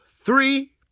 three